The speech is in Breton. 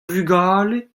vugale